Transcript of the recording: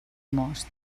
most